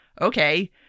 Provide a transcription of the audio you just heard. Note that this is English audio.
okay